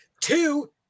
Two